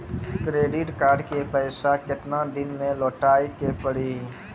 Credit card के पैसा केतना दिन मे लौटाए के पड़ी?